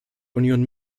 union